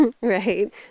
right